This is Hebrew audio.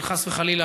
חס וחלילה,